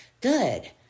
good